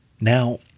Now